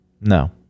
No